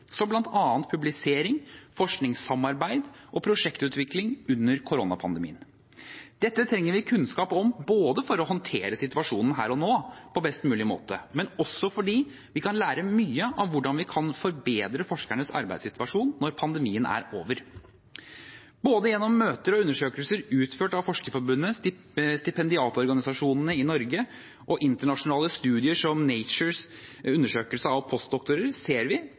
publisering, forskningssamarbeid og prosjektutvikling under koronapandemien. Dette trenger vi kunnskap om for å håndtere situasjonen her og nå på best mulig måte, men også fordi vi kan lære mye om hvordan vi kan forbedre forskernes arbeidssituasjon når pandemien er over. Både gjennom møter og undersøkelser utført av Forskerforbundet, Stipendiatorganisasjonene i Norge og internasjonale studier, som Natures undersøkelse av postdoktorer, ser vi